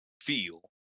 feel